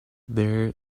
there